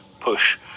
push